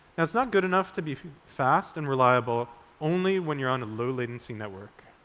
it's not good enough to be fast and reliable only when you're on a low-latency network.